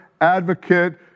advocate